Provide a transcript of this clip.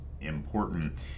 important